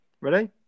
Ready